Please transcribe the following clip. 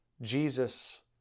Jesus